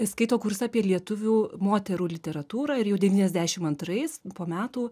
skaito kursą apie lietuvių moterų literatūrą ir jau devyniasdešimt antrais po metų